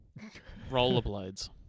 Rollerblades